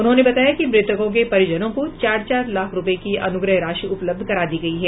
उन्होंने बताया कि मृतकों के परिजनों को चार चार लाख रुपये की अनुग्रह राशि उपलब्ध करा दी गयी है